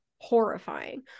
horrifying